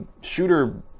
shooter